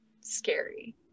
scary